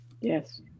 Yes